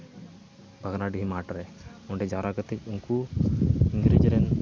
ᱵᱷᱚᱜᱽᱱᱟᱰᱤᱦᱤ ᱢᱟᱴᱷ ᱨᱮ ᱚᱸᱰᱮ ᱡᱟᱣᱨᱟ ᱠᱟᱛᱮ ᱩᱱᱠᱩ ᱱᱤᱡᱮᱨᱮᱱ